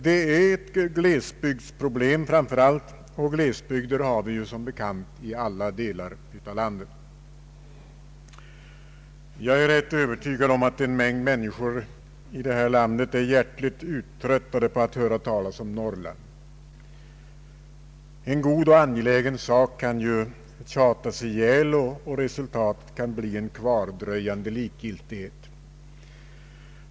Det är ett glesbygdsproblem framför allt, och glesbygder har vi som bekant i alla delar av landet. Jag är rätt övertygad om att en mängd människor i detta land är hjärtligt uttröttade på att höra talas om Norrland. En god och angelägen sak kan tjatas ihjäl, och resultatet kan bli en kvardröjande likgiltighet.